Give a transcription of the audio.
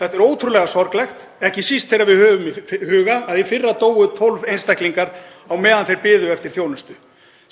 Þetta er ótrúlega sorglegt, ekki síst þegar við höfum í huga að í fyrra dóu 12 einstaklingar á meðan þeir biðu eftir þjónustu.